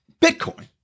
Bitcoin